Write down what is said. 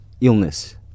illness